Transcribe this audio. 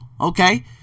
okay